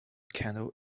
candle